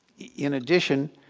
in addition,